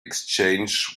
exchange